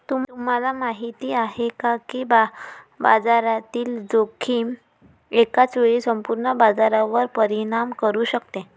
तुम्हाला माहिती आहे का की बाजारातील जोखीम एकाच वेळी संपूर्ण बाजारावर परिणाम करू शकते?